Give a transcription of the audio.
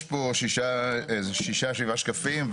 יש פה איזה שישה, שבעה שקפים.